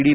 D